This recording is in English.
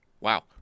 Wow